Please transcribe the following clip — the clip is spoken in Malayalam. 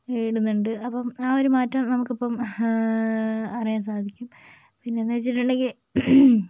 ഇടുന്നുണ്ട് അപ്പം ആ ഒരു മാറ്റം നമുക്കിപ്പം അറിയാൻ സാധിക്കും പിന്നേന്ന് പിന്നെ എന്ന് വെച്ചിട്ടുണ്ടെങ്കിൽ